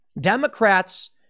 Democrats